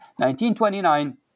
1929